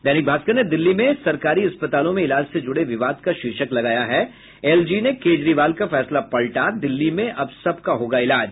दैनिक भास्कर ने दिल्ली में सरकारी अस्पतालों में इलाज से जुड़े विवाद का शीर्षक लगाया है एलजी ने केजरीवाल का फैसला पलटा दिल्ली में अब सबका होगा इलाज